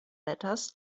letters